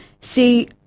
See